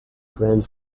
grand